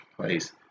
Please